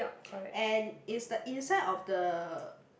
and is the inside of the